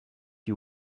you